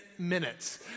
Minutes